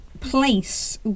place